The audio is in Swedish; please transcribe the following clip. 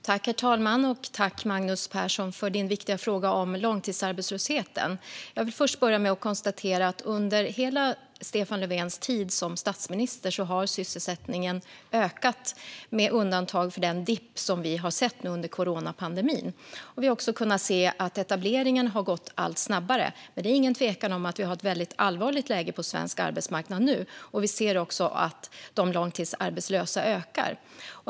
Herr talman! Tack, Magnus Persson, för din viktiga fråga om långtidsarbetslösheten! Jag vill börja med att konstatera att under hela Stefan Löfvens tid som statsminister har sysselsättningen ökat, med undantag för den dipp som vi har sett nu under coronapandemin. Vi har också kunnat se att etableringen har gått allt snabbare. Det är dock ingen tvekan om att vi nu har ett väldigt allvarligt läge på svensk arbetsmarknad. Vi ser också att de långtidsarbetslösa ökar.